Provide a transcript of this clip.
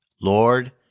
Lord